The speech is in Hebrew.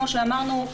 כמו שאמרנו,